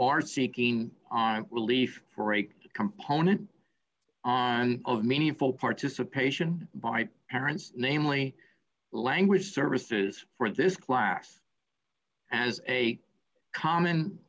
are seeking on relief for a component of meaningful participation by parents namely language services for this class as a common